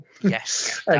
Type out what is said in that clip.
Yes